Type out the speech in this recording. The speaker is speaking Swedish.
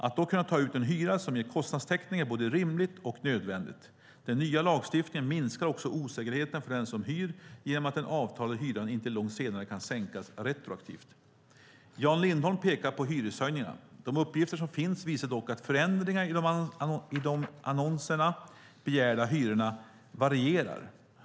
Att då kunna ta ut en hyra som ger kostnadstäckning är både rimligt och nödvändigt. Den nya lagstiftningen minskar också osäkerheten för den som hyr genom att den avtalade hyran inte långt senare kan sänkas retroaktivt. Jan Lindholm pekar på hyreshöjningarna. De uppgifter som finns visar dock att förändringarna i de i annonserna begärda hyrorna varierar.